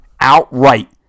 outright